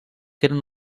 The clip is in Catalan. tenen